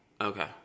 Okay